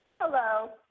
Hello